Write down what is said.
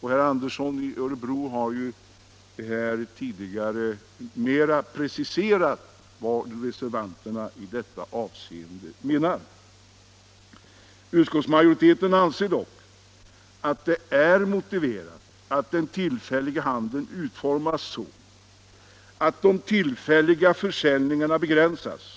Herr Andersson i Örebro har tidigare preciserat vad reservanterna i detta avseende menar. 4 Utskottsmajoriteten anser dock att det är motiverat att den tillfälliga handeln utformas så, att de tillfälliga försäljningarna begränsas.